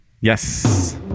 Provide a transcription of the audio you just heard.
Yes